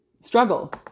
struggle